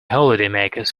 holidaymakers